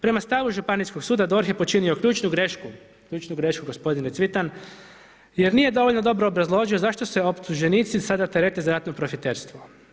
Prema stavu županijskog suda DORH je počinio ključnu grešku, ključnu grešku gospodine Cvitan, jer nije dovoljno dobro obrazložio zašto se optuženici sada terete za ratno profiterstvo.